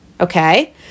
okay